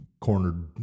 cornered